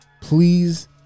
please